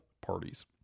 parties